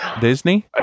Disney